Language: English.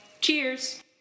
Cheers